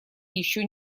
еще